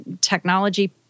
technology